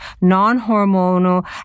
non-hormonal